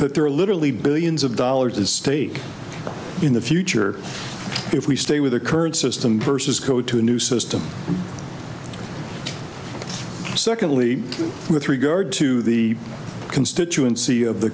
that there are literally billions of dollars as stake in the future if we stay with the current system versus go to a new system secondly with regard to the constituency of the